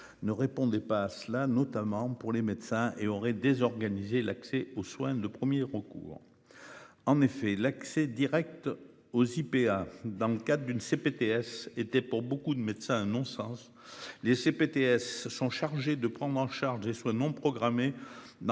ne répondait pas à cela, notamment pour les médecins et aurait désorganisé l'accès aux soins de 1er recours. En effet l'accès Direct aux IPA dans le cadre d'une CPTS étaient pour beaucoup de médecins un non-sens les CPTS. Sont chargés de prendre en charge les soins non programmés.